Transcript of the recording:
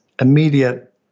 immediate